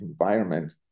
environment